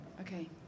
Okay